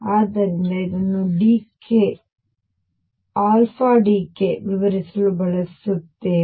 ಆದ್ದರಿಂದ ಇದನ್ನು ಡಿಕೇ ವಿವರಿಸಲು ಬಳಸುತ್ತೇವೆ